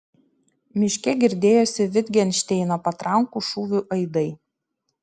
miške girdėjosi vitgenšteino patrankų šūvių aidai